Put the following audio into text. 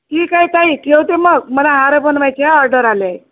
ठीक आहे ताई ठेवते मग मला हार बनवायची आहे ऑर्डर आले आहे